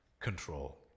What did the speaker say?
control